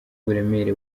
uburemere